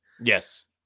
Yes